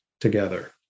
together